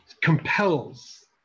compels